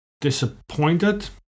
disappointed